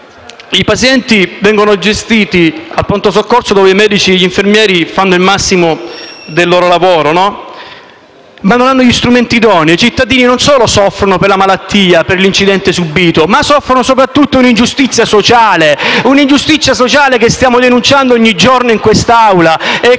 i pazienti vengono gestiti al Pronto Soccorso da medici e infermieri che fanno il massimo del loro lavoro, ma senza avere gli strumenti idonei. I cittadini non solo soffrono per la malattia o per l'incidente subito, ma soffrono soprattutto un'ingiustizia sociale, che stiamo denunciando ogni giorno in questa